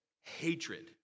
hatred